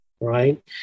right